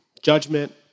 Judgment